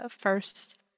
first